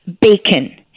bacon